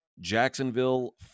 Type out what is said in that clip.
Jacksonville